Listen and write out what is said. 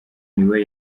niwe